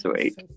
sweet